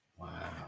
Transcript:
Wow